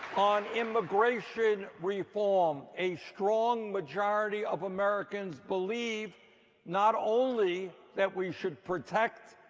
on immigration reform, a strong majority of americans believe not only that we should protect